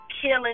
killing